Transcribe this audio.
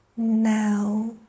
Now